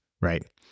right